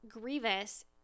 Grievous